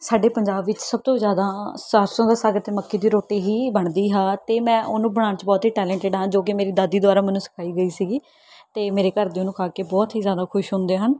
ਸਾਡੇ ਪੰਜਾਬ ਵਿੱਚ ਸਭ ਤੋਂ ਜ਼ਿਆਦਾ ਸਰਸੋਂ ਦਾ ਸਾਗ ਅਤੇ ਮੱਕੀ ਦੀ ਰੋਟੀ ਹੀ ਬਣਦੀ ਹੈ ਅਤੇ ਮੈਂ ਉਹਨੂੰ ਬਣਾਉਣ 'ਚ ਬਹੁਤ ਹੀ ਟੈਲੈਂਟਡ ਹਾਂ ਜੋ ਕਿ ਮੇਰੀ ਦਾਦੀ ਦੁਆਰਾ ਮੈਨੂੰ ਸਿਖਾਈ ਗਈ ਸੀਗੀ ਅਤੇ ਮੇਰੇ ਘਰ ਦੇ ਉਹਨੂੰ ਖਾ ਕੇ ਬਹੁਤ ਹੀ ਜ਼ਿਆਦਾ ਖੁਸ਼ ਹੁੰਦੇ ਹਨ